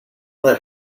let